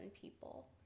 people